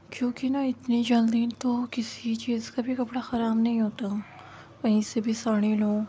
کیونکہ نا اتنی جلدی تو کسی چیز کا بھی کپڑا خراب نہیں ہوتا کہیں سے بھی ساڑی لو